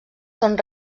són